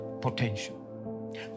potential